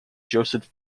joseph